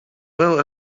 well